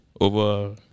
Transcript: Over